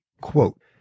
Quote